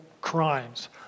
crimes